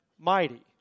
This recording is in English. mighty